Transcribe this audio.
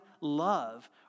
love